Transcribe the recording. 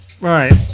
Right